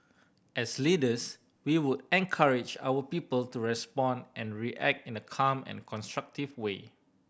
as leaders we would encourage our people to respond and react in a calm and constructive way